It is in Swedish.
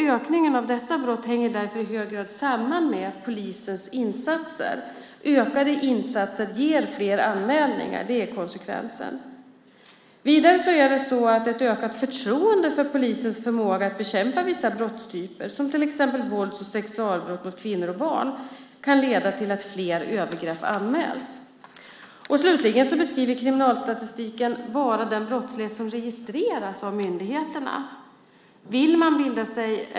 Ökningen av dessa brott hänger därför i hög grad samman med polisens insatser. Ökade insatser ger fler anmälningar. Det är konsekvensen. Vidare kan ett ökat förtroende för polisens förmåga att bekämpa vissa brottstyper, som till exempel vålds och sexualbrott mot kvinnor och barn, leda till att fler övergrepp anmäls. Slutligen beskriver kriminalstatistiken bara den brottslighet som registreras av myndigheterna.